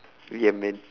ya man